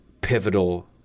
pivotal